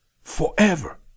forever